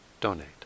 donate